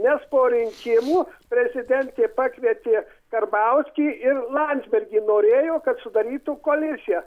nes po rinkimų prezidentė pakvietė karbauskį ir landsbergį norėjo kad sudarytų koaliciją